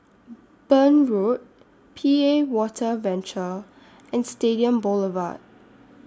Burn Road P A Water Venture and Stadium Boulevard